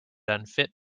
unfit